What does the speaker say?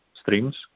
streams